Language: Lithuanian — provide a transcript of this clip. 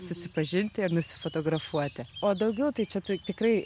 susipažinti ir nusifotografuoti o daugiau tai čia tai tikrai